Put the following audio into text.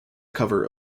cover